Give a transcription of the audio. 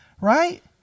right